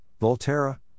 Volterra